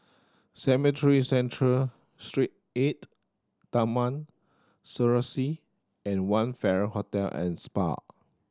Cemetry Central Street Eight Taman Serasi and One Farrer Hotel and Spa